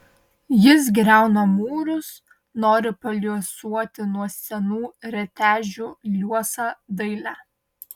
jis griauna mūrus nori paliuosuoti nuo senų retežių liuosą dailę